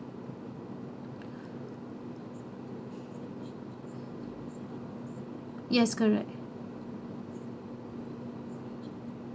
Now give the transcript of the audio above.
yes correct